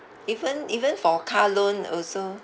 even even for car loan also